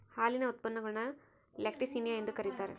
ಹಾಲಿನ ಉತ್ಪನ್ನಗುಳ್ನ ಲ್ಯಾಕ್ಟಿಸಿನಿಯ ಎಂದು ಕರೀತಾರ